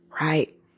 right